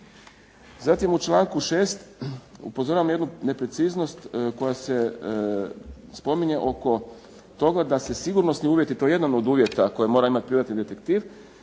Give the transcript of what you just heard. Zatim u članku 6. upozoravam na jednu nepreciznost koja se spominje oko toga da se sigurnosni uvjeti, a to je jedan uvjeta koje mora imati privatni detektiv